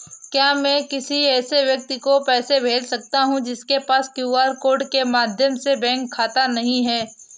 क्या मैं किसी ऐसे व्यक्ति को पैसे भेज सकता हूँ जिसके पास क्यू.आर कोड के माध्यम से बैंक खाता नहीं है?